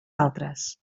altres